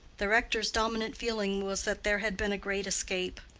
the rector's dominant feeling was that there had been a great escape.